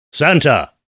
Santa